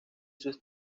sus